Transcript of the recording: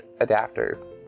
adapters